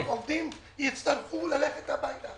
מאות עובדים יצטרכו ללכת הביתה.